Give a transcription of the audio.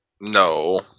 No